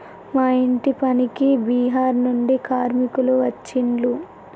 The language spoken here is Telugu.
మా ఇంటి పనికి బీహార్ నుండి కార్మికులు వచ్చిన్లు